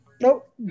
Nope